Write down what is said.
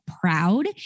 proud